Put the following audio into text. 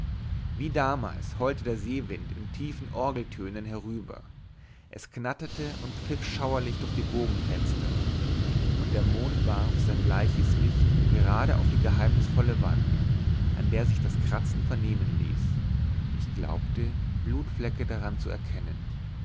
wie damals heulte der seewind in tiefen orgeltönen herüber es knatterte und pfiff schauerlich durch die bogenfenster und der mond warf sein bleiches licht gerade auf die geheimnisvolle wand an der sich das kratzen vernehmen ließ ich glaubte blutflecke daran zu erkennen